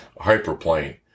hyperplane